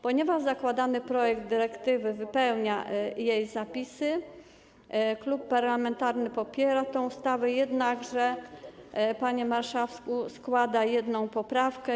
Ponieważ zakładany projekt ustawy wypełnia zapisy dyrektywy, klub parlamentarny popiera tę ustawę, jednakże, panie marszałku, składa jedną poprawkę.